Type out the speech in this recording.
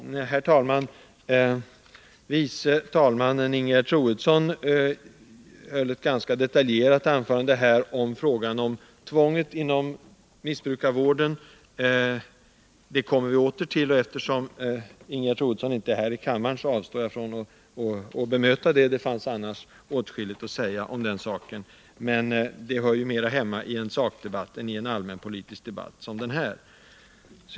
Förste vice talmannen Ingegerd Troedsson höll ett ganska detaljerat anförande om frågan om tvång inom missbrukarvården. Den frågan kommer vi åter till senare i år, och eftersom Ingegerd Troedsson inte är här i kammaren avstår jag från att bemöta hennes anförande — det fanns annars åtskilligt att säga om det. Men det hör mera hemma i en sakdebatt än i en allmänpolitisk debatt som denna.